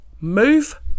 move